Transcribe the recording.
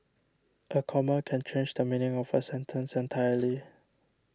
a comma can change the meaning of a sentence entirely